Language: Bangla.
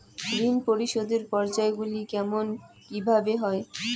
ঋণ পরিশোধের পর্যায়গুলি কেমন কিভাবে হয়?